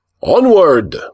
Onward